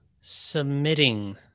submitting